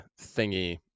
thingy